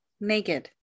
naked